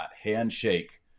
handshake